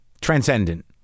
transcendent